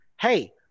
hey